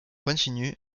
continu